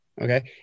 okay